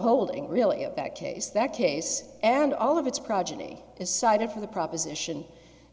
holding really that case that case and all of its progeny is cited for the proposition